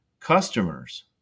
customers